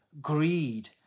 greed